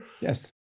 Yes